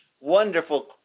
wonderful